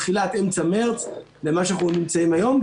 תחילת אמצע מרץ למה שאנחנו נמצאים היום.